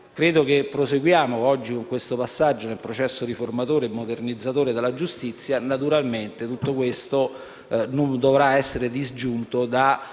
penale. Proseguiamo oggi con questo passaggio nel processo riformatore e modernizzatore della giustizia. Naturalmente tutto questo non dovrà essere disgiunto da